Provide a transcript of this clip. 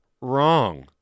wrong